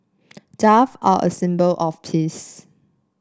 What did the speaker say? dove are a symbol of peace